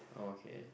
okay